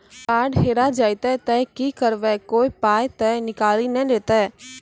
Card हेरा जइतै तऽ की करवै, कोय पाय तऽ निकालि नै लेतै?